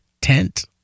tent